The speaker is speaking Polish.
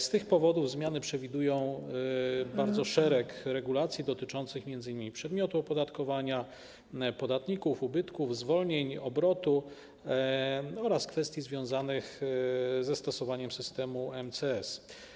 Z tych powodów zmiany przewidują szereg regulacji dotyczących m.in. przedmiotu opodatkowania, podatników, ubytków, zwolnień, obrotu oraz kwestii związanych ze stosowaniem systemu MCS.